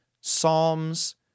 Psalms